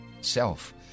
self